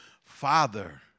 Father